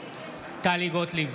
טלי גוטליב,